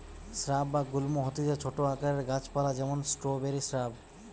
shrub বা গুল্ম হতিছে ছোট আকারের গাছ পালা যেমন স্ট্রওবেরি শ্রাব